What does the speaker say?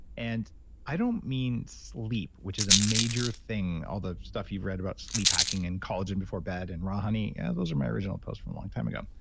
and i don't mean sleep which is a major thing, all the stuff you've read about sleep hacking and collagen before bed and raw honey, those are my original post from a long time ago.